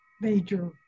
major